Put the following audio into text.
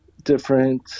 different